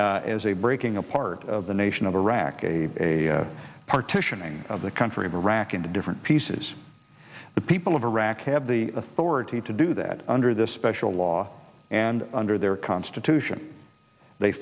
see as a breaking apart of the nation of iraq a partitioning of the country of iraq into different pieces the people of iraq have the authority to do that under this special law and under their constitution they